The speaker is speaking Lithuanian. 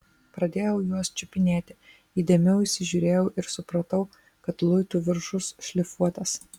pradėjau juos čiupinėti įdėmiau įsižiūrėjau ir supratau kad luitų viršus šlifuotas